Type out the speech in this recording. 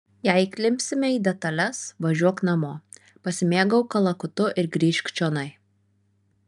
jei įklimpsime į detales važiuok namo pasimėgauk kalakutu ir grįžk čionai